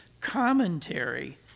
commentary